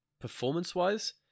performance-wise